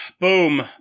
Boom